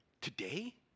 today